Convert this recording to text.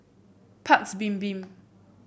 Paik's Bibim